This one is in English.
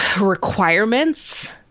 requirements